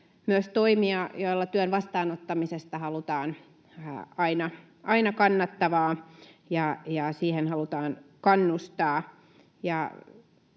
myös toimia, joilla työn vastaanottamisesta halutaan aina kannattavaa ja siihen halutaan kannustaa.